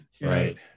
Right